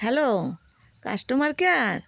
hello customer care